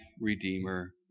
Redeemer